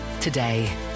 today